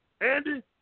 Andy